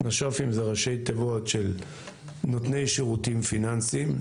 נש"פים זה ראשי תיבות של נותני שירותים פיננסיים,